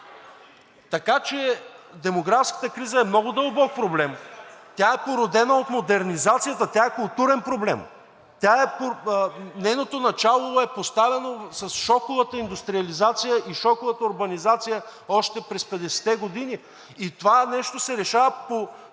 Така че демографската криза е много дълбок проблем. Тя е породена от модернизацията, тя е културен проблем. Нейното начало е поставено с шоковата индустриализация и урбанизация още през 50-те години и това нещо се решава по